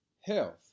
health